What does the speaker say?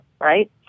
right